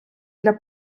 для